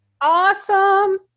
Awesome